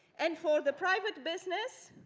and for the private business,